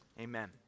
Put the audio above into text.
Amen